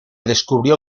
descubrió